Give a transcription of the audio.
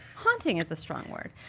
haunting is a strong word.